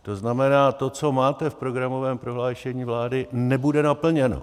To znamená, to, co máte v programovém prohlášení vlády, nebude naplněno.